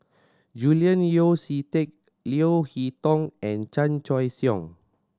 Julian Yeo See Teck Leo Hee Tong and Chan Choy Siong